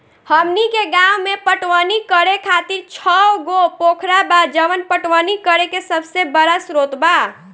हमनी के गाँव में पटवनी करे खातिर छव गो पोखरा बा जवन पटवनी करे के सबसे बड़ा स्रोत बा